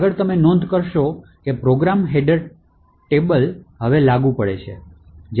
આગળ તમે નોંધ કરશો કે પ્રોગ્રામ હેડર ટેબલ હવે લાગુ છે